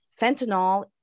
fentanyl